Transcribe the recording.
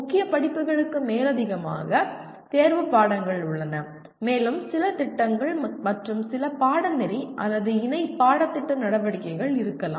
முக்கிய படிப்புகளுக்கு மேலதிகமாக தேர்வு பாடங்கள் உள்ளன மேலும் சில திட்டங்கள் மற்றும் சில பாடநெறி அல்லது இணை பாடத்திட்ட நடவடிக்கைகள் இருக்கலாம்